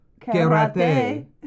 karate